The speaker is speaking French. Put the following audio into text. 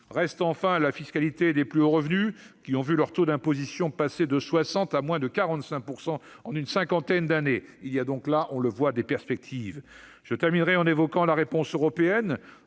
Reste enfin la fiscalité des plus hauts revenus, qui ont vu leur taux d'imposition passer de 60 % à moins de 45 % en une cinquantaine d'années. Il existe en la matière des perspectives. Je terminerai en évoquant la réponse européenne.